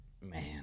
Man